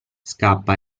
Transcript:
scappa